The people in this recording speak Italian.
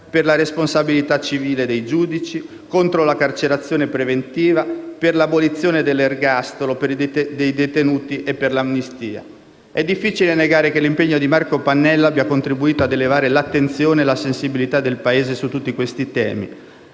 per la responsabilità civile dei giudici, contro la carcerazione preventiva, per l'abolizione dell'ergastolo, per i diritti dei detenuti e per l'amnistia. È difficile negare che l'impegno di Marco Pannella abbia contribuito ad elevare l'attenzione e la sensibilità del Paese su tutti questi temi,